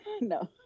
no